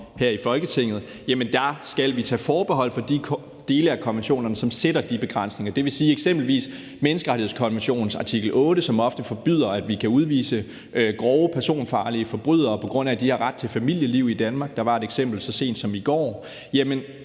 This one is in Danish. her i Folketinget, skal tage forbehold for de dele af konventionerne, som sætter de begrænsninger. Det vil eksempelvis sige menneskerettighedskonventionens artikel 8, som ofte forbyder, at vi kan udvise groft personfarlige forbrydere, fordi de har ret til familieliv i Danmark. Der var et eksempel så sent som i går. Der